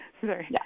Sorry